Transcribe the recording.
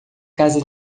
casa